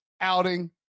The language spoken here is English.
outing